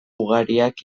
ugariak